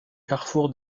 carrefour